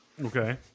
Okay